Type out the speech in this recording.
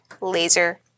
laser